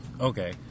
Okay